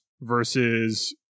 versus